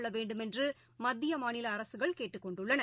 கொள்ளவேண்டுமென்றுமத்தியமாநிலஅரசுகள் கேட்டுக் கொண்டுள்ளன